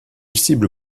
cible